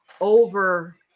over